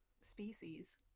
species